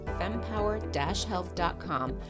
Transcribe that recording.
fempower-health.com